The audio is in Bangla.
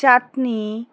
চাটনি